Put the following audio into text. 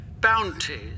Bounties